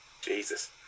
Jesus